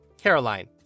Caroline